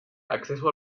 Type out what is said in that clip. acceso